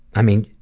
i mean,